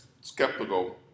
skeptical